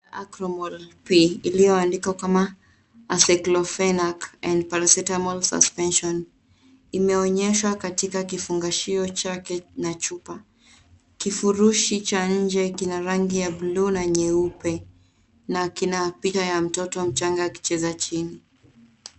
Acromol-P ilio andikwa kama Aceclofenac and Paracentamol Suspension imeonyeshwa katika kifunguo chake na chupa, kifurushi cha nje kina rangi ya bluu na nyeupe na kina picha ya mtoto mchanga akicheza chini.